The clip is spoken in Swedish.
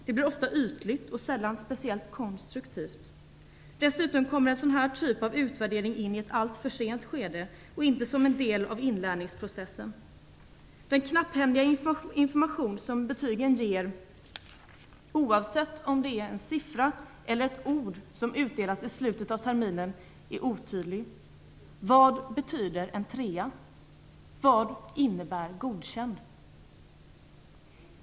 Det blir ofta ytligt och sällan speciellt konstruktivt. Dessutom kommer en sådan här typ av utvärdering in i ett alltför sent skede och inte som en del av inlärningsprocessen. Den knapphändiga information som betygen ger, oavsett om det är en siffra eller ett ord som utdelas i slutet av terminen, är otydlig. Vad betyder en trea? Vad innebär godkänd?